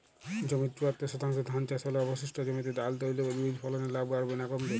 জমির চুয়াত্তর শতাংশে ধান চাষ হলে অবশিষ্ট জমিতে ডাল তৈল বীজ ফলনে লাভ বাড়বে না কমবে?